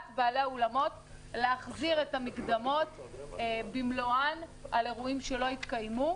של בעלי האולמות להחזיר את המקדמות במלואן על אירועים שלא התקיימו.